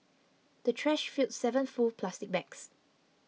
the trash filled seven full plastic bags